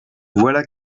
voilà